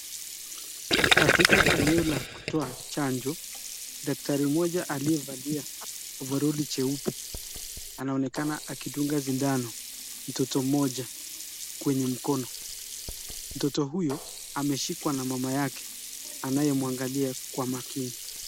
Katika eneo la kutoa chanjo, daktari mmoja aliovalio vuruli cheupe, anaonekana akidunga sindano ,mtoto mmoja kwenye mkono, mtoto huyo ameshikwa na mama yake, anemwangalia kwa makini.